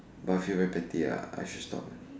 but I feel very petty ya I should stop eh